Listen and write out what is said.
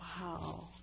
wow